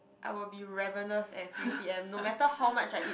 I will be ravenous at three p_m no matter how much I eat